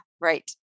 Right